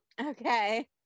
Okay